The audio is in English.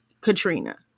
Katrina